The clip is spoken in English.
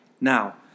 Now